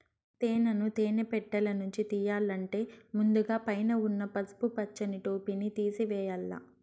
తేనెను తేనె పెట్టలనుంచి తియ్యల్లంటే ముందుగ పైన ఉన్న పసుపు పచ్చని టోపిని తేసివేయల్ల